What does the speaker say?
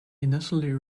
initially